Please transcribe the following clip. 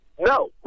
No